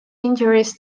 injuries